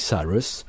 Cyrus